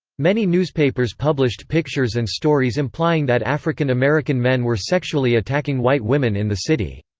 many newspapers published pictures and stories implying that african-american men were sexually attacking white women in the city.